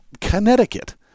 Connecticut